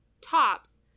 tops